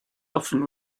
often